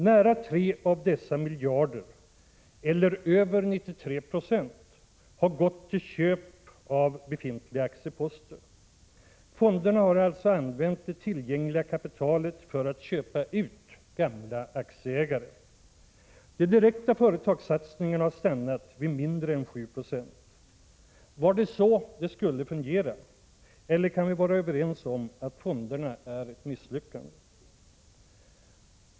Nära tre av dessa miljarder — eller över 93 Yo — har gått till köp av befintliga aktieposter. Fonderna har alltså använt det tillgängliga kapitalet för att köpa ut gamla aktieägare. De direkta företagssatsningarna har stannat vid mindre än 7 96. Var det så det skulle fungera? Eller kan vi vara överens om att fonderna är ett misslyckande?